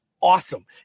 awesome